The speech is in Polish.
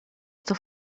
sto